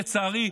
לצערי,